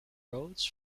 roads